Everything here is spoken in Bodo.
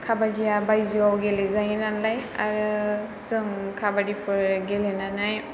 काबादिया बायजोआव गेलेजायो नालाय आरो जों काबादिफोर गेलेनानै